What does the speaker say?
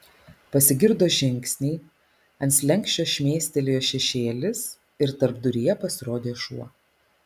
pasigirdo žingsniai ant slenksčio šmėstelėjo šešėlis ir tarpduryje pasirodė šuo